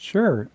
Sure